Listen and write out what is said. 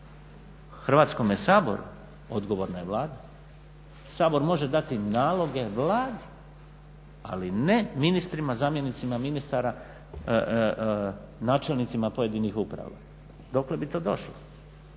Hrvatskome saboru, odgovornoj Vladi. Sabor može dati naloge Vladi, ali ne ministrima, zamjenicima ministara, načelnicima pojedinih uprava. Dokle bi to došlo?